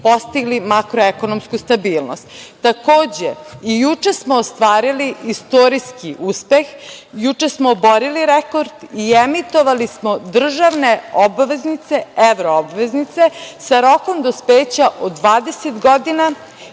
postigli makroekonomsku stabilnost. Takođe, i juče smo ostvarili istorijski uspeh, juče smo oborili rekord i emitovali smo državne evroobveznice sa rokom dospeća od 20 godina